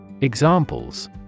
Examples